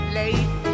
late